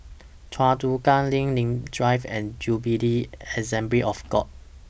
Choa Chu Kang LINK Nim Drive and Jubilee Assembly of God